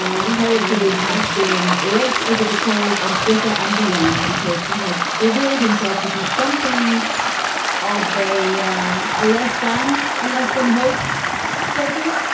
terry crews has been raked over the coals on twitter and beyond because he has revealed himself to be something of a yeah a less than a less than hoped figure